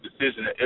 decision